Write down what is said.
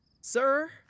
Sir